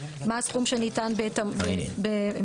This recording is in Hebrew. מה הסכום שניתן באמצעותו.